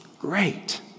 great